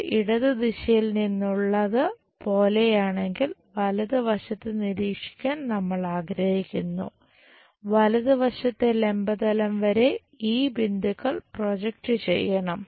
ഇത് ഇടത് ദിശയിൽ നിന്നുള്ളത് പോലെയാണെങ്കിൽ വലത് വശത്ത് നിരീക്ഷിക്കാൻ നമ്മൾ ആഗ്രഹിക്കുന്നു വലതുവശത്തെ ലംബ തലം ചെയ്യണം